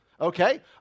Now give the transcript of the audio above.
Okay